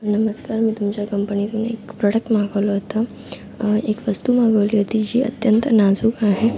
नमस्कार मी तुमच्या कंपणीतून एक प्रॉडक्ट मागवलं होतं एक वस्तू मागवली होती जी अत्यंत नाजूक आहे